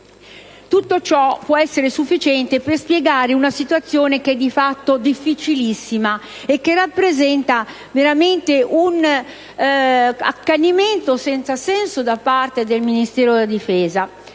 Tutto ciò può essere sufficiente per spiegare una situazione che è di fatto difficilissima e che rappresenta un accanimento senza senso da parte del Ministero della difesa.